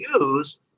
use